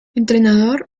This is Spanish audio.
entrenador